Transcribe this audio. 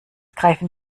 greifen